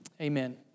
Amen